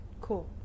Cool